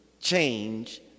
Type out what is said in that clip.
change